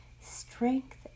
strength